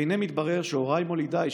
והינה מתברר שהוריי מולידיי,